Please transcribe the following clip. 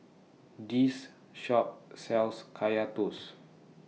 This Shop sells Kaya Toast